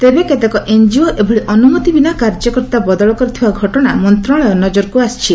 ତେବେ କେତେକ ଏନ୍ଜିଓ ଏଭଳି ଅନୁମତି ବିନା କାର୍ଯ୍ୟକର୍ତ୍ତା ବଦଳ କରିଥିବା ଘଟଣା ମନ୍ତ୍ରଣାଳୟ ନଜରକୁ ଆସିଛି